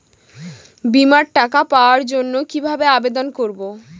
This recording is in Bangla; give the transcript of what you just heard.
বিমার টাকা পাওয়ার জন্য কিভাবে আবেদন করব?